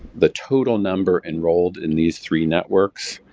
the total number enrolled in these three networks,